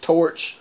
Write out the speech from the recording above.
Torch